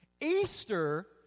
Easter